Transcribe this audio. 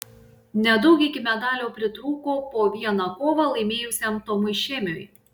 nedaug iki medalio pritrūko po vieną kovą laimėjusiam tomui šėmiui